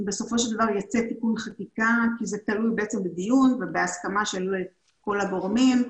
בסופו של דבר יצא תיקון חקיקה כי זה תלוי בדיון ובהסכמה של כל הגורמים.